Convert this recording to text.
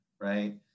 right